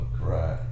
right